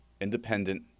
independent